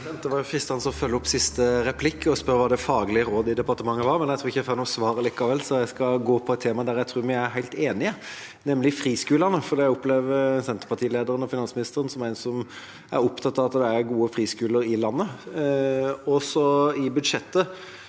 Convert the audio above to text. Det er fristen- de å følge opp siste replikk og spørre hva det faglige rådet i departementet var, men jeg tror ikke jeg får noe svar, så jeg skal gå til et tema der jeg tror vi er helt enige, nemlig friskolene. Jeg opplever senterpartilederen og finansministeren som en som er opptatt av at det er gode friskoler i landet. I forslaget